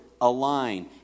align